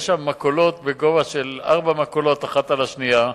יש שם מכולות בגובה ארבע מכולות, אחת על השנייה.